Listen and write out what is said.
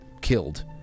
killed